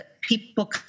people